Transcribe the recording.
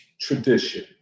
tradition